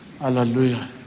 Hallelujah